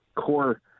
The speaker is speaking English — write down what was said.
core